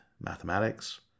mathematics